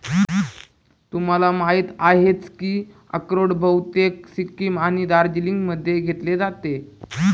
तुम्हाला माहिती आहेच की अक्रोड बहुतेक सिक्कीम आणि दार्जिलिंगमध्ये घेतले जाते